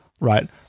right